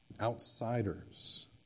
outsiders